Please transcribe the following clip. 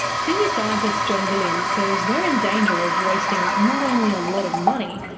senior scientist john williams says we're in danger of wasting not only a lot of money,